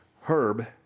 Herb